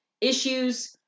issues